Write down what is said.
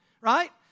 right